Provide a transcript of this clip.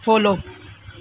follow